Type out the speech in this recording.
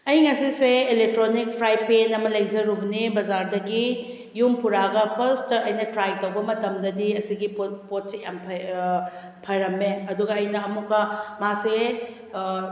ꯑꯩ ꯉꯁꯤꯁꯦ electronic fry pan ꯑꯃ ꯂꯩꯖꯔꯨꯕꯅꯦ ꯕꯖꯥꯔꯗꯒꯤ ꯌꯨꯝ ꯄꯨꯔꯛꯂꯒ ꯐꯥꯔꯁꯇ ꯑꯩꯅ ꯇ꯭ꯔꯥꯏ ꯇꯧꯕ ꯃꯇꯝꯗꯗꯤ ꯑꯁꯤꯒꯤ ꯄꯣꯠ ꯄꯣꯠꯁꯦ ꯌꯥꯝ ꯐꯩ ꯐꯔꯝꯃꯦ ꯑꯗꯨꯒ ꯑꯩꯅ ꯑꯃꯨꯛꯀ ꯃꯥꯁꯦ